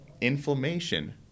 inflammation